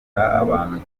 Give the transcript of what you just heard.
abantu